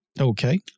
Okay